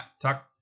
Tuck